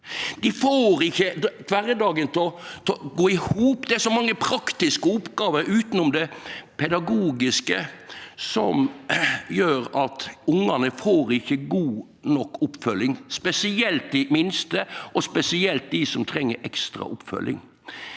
Dei får ikkje kvardagen til å gå i hop. Det er så mange praktiske oppgåver utanom det pedagogiske som gjer at ungane ikkje får god nok oppfølging, spesielt dei minste og spesielt dei som treng ekstra oppfølging.